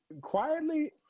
Quietly